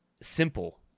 simple